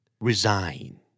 Resign